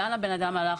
לאן הבן-אדם הלך,